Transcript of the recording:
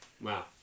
wow